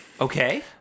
Okay